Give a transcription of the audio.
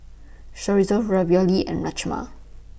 Chorizo Ravioli and Rajma